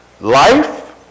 life